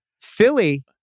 Philly